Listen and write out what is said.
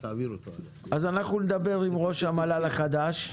אז אנחנו נדבר עם ראש המל"ל החדש,